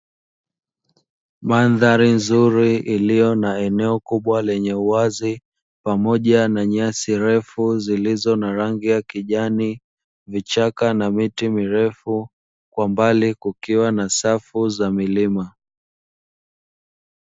Mandhari nzuri iliyo na eneo kubwa lenye uwazi pamoja na nyasi refu zilizo na rangi ya kijani, vichaka na miti mirefu kwa mbali kukiwa na safu za milima.